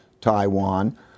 Taiwan